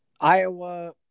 Iowa